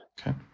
Okay